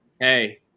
Hey